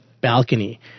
balcony